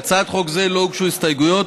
להצעת חוק זו לא הוגשו הסתייגויות,